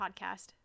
podcast